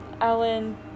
Alan